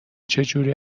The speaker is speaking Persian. چجوری